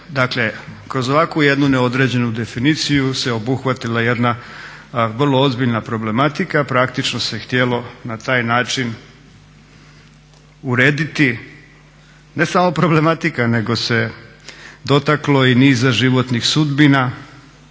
Dakle, kroz ovakvu jednu neodređenu definiciju se obuhvatila jedna vrlo ozbiljna problematika. Praktično se htjelo na taj način urediti ne samo problematika, nego se dotaklo i niza životnih sudbina